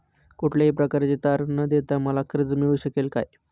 कुठल्याही प्रकारचे तारण न देता मला कर्ज मिळू शकेल काय?